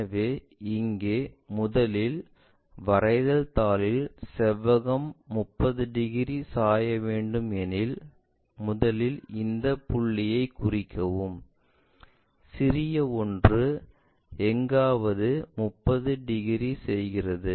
எனவே இங்கே முதலில் வரைதல் தாளில் செவ்வகம் 30 டிகிரி சாய வேண்டும் எனில் முதலில் இந்த புள்ளியைக் இருக்கவும் சிறிய ஒன்று எங்காவது 30 டிகிரி செய்கிறது